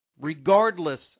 Regardless